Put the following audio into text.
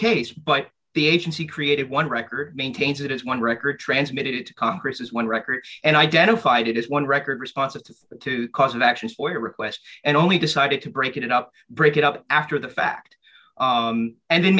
case but the agency created one record maintains it as one record transmitted to congress as one records and identified it as one record responses to cause of actions for your request and only decided to break it up break it up after the fact and then